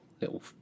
little